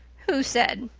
who said?